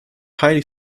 highly